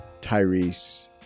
Tyrese